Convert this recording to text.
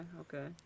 okay